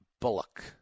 Bullock